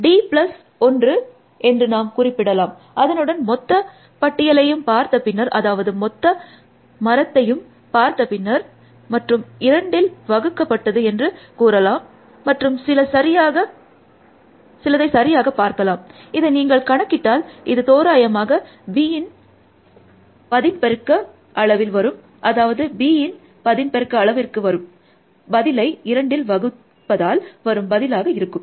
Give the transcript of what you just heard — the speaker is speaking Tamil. d ப்ளஸ் 1 என்று நாம் குறிப்பிடலாம் அதனுடன் மொத்த பட்டியலையும் பார்த்த பின்னர் அதாவது மொத்த மரத்தையும் பார்த்த பின் Refer Time 4102 மற்றும் 2ல் வகுக்கப்பட்டது என்று கூறலாம் மற்றும் சில Refer Time 4106 சரியாக பார்க்கலாம் இதை நீங்கள் கணக்கிட்டால் அது தோராயமாக bயின் d பதின்பெருக்க அளவில் வரும் அதாவது bயின் d பதின்பெருக்க அளவிற்கு வரும் பதிலை 2ல் வகுப்பதால் வரும் பதிலாக இருக்கும்